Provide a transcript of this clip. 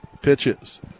pitches